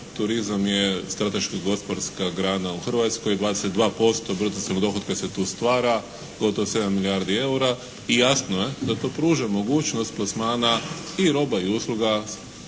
Turizam je strateško-gospodarska grana u Hrvatskoj. 22% … /Govornik se ne razumije./ … dohotka se tu stvara. Gotovo 7 milijardi EUR-a. I jasno je da to pruža mogućnost plasmana i roba i usluga